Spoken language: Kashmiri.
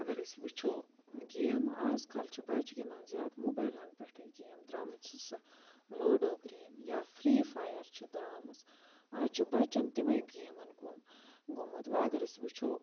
اَگر أسۍ وٕچھو گیمہٕ آزکَل چھِ بَچہٕ گِنٛدان زیادٕ موبایلَن پٮ۪ٹھٕے گیم درٛامٕژ چھِ سۄ لوڈو گرٛیم یا فرٛی فایَر چھِ درٛامٕژ آز چھِ بَچَن تِمَے گیمَن کُن گوٚمُت وۄنۍ اگر أسۍ وٕچھو